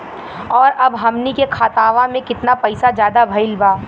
और अब हमनी के खतावा में कितना पैसा ज्यादा भईल बा?